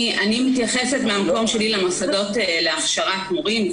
אני מתייחסת למוסדות להכשרת מורים,